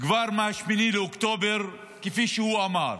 כבר מ-8 באוקטובר, כפי שהוא אמר.